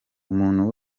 umuntu